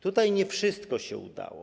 Tutaj nie wszystko się udało.